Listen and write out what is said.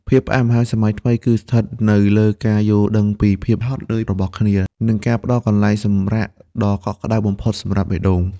ភាពផ្អែមល្ហែមសម័យថ្មី គឺស្ថិតនៅលើការយល់ដឹងពីភាពហត់នឿយរបស់គ្នា និងការផ្ដល់កន្លែងសម្រាកដ៏កក់ក្ដៅបំផុតសម្រាប់បេះដូង។